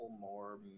more